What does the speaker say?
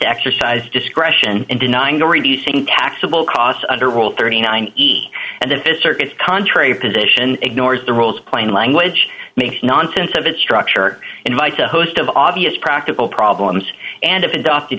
exercise discretion in denying or reducing taxable costs under rule thirty nine dollars and if a circus contrary position ignores the rules plain language makes nonsense of its structure invites a host of obvious practical problems